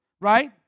right